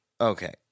Okay